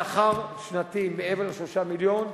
שכר שנתי מעבר ל-3 מיליון,